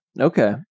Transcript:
Okay